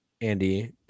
Andy